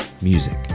music